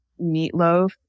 meatloaf